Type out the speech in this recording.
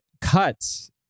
cuts